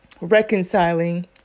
reconciling